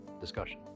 discussion